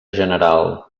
general